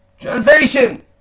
Translation